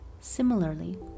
Similarly